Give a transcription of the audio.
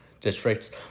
districts